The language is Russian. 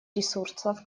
ресурсов